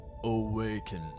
Awaken